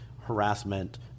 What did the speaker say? harassment